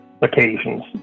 occasions